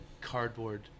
cardboard